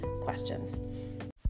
questions